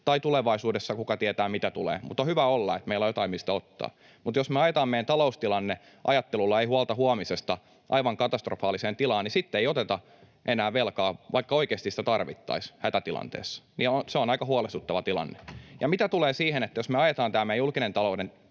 tai tulevaisuudessa, kuka tietää, mitä tulee, mutta on hyvä, että meillä on jotain, mistä ottaa. Jos me ajetaan meidän taloustilanne ajattelulla ”ei huolta huomisesta” aivan katastrofaaliseen tilaan, niin sitten ei oteta enää velkaa, vaikka oikeasti sitä tarvittaisiin hätätilanteessa. Se on aika huolestuttava tilanne. Mitä tulee siihen, että jos me ajetaan tämä meidän julkisen talouden